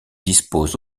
dispose